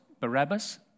Barabbas